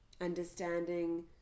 Understanding